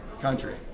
Country